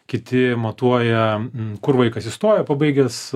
kiti matuoja kur vaikas įstojo pabaigęs